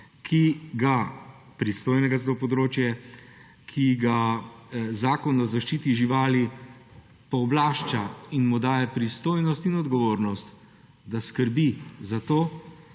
pristojnega za to področje, ki ga Zakon o zaščiti živali pooblašča in mu daje pristojnost in odgovornost, da skrbi za to,